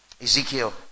Ezekiel